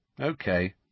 Okay